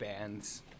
bands